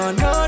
no